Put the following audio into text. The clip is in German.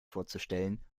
vorzustellen